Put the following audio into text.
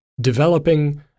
Developing